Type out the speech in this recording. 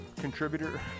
contributor